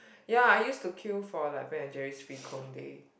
ya I used to queue for like Ben and Jerry's free cone day